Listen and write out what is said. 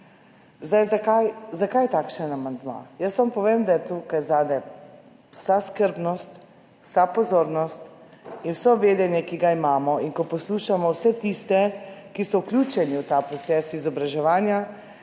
Zakaj takšen amandma? Jaz vam povem, da je tukaj zadaj vsa skrbnost, vsa pozornost in vse vedenje, ki ga imamo. In ko poslušamo vse tiste, ki so vključeni v ta proces izobraževanja,